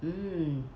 mm